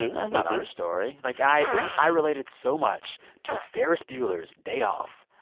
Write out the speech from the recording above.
and that's not our story. like, i i related so much to ferris bueller's day off.